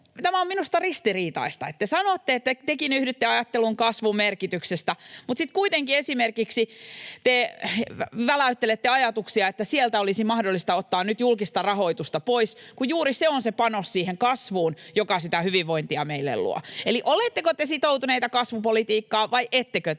Tämä on minusta ristiriitaista, että te sanotte, että tekin yhdytte ajatteluun kasvun merkityksestä, mutta sitten te kuitenkin esimerkiksi väläyttelette ajatuksia, että sieltä olisi mahdollista ottaa nyt julkista rahoitusta pois, kun juuri se on se panos siihen kasvuun, joka sitä hyvinvointia meille luo. Eli oletteko te sitoutuneita kasvupolitiikkaan vai ettekö te